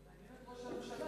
אבל זה מעניין את ראש הממשלה,